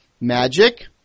magic